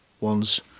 ones